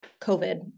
COVID